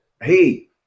hey